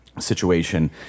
situation